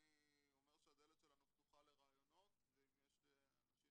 אני אומר שהדלת שלנו פתוחה לרעיונות ואם יש לאנשים